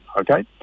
okay